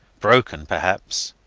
broken perhaps.